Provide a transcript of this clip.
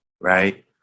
right